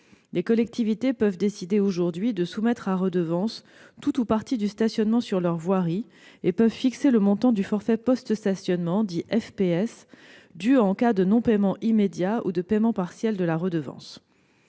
les collectivités peuvent décider de soumettre à redevance tout ou partie du stationnement sur leur voirie et peuvent fixer le montant du forfait post-stationnement, dit FPS, dû en cas de non-paiement immédiat ou de paiement partiel de la redevance.